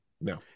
No